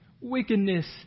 Wickedness